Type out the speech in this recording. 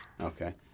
Okay